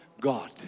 God